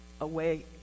away